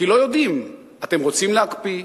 כי לא יודעים: אתם רוצים להקפיא?